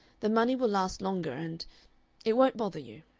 the money will last longer, and it won't bother you.